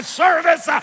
service